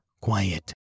quiet